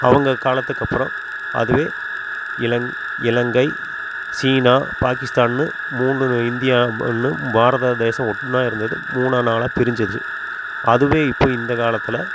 அவங்க காலத்துக்கப்புறோம் அதுவே இல இலங்கை சீனா பாகிஸ்தான்னு மூன்று இந்தியான்னு பாரததேசம் ஒன்றா இருந்தது மூணா நாலாக பிரிஞ்சுது அதுவே இப்போ இந்த காலத்தில்